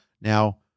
Now